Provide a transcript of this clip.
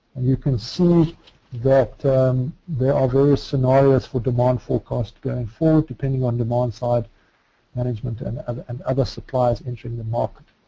you can see that there are various scenarios for demand forecast going forward, depending on demand side management and um um other suppliers entering the market.